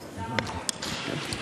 תודה רבה.